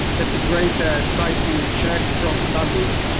that's a great site to check chrome status.